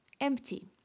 empty